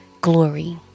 glory